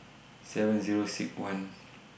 seven Zero six one